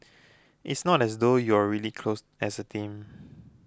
it's not as though you're really close as a team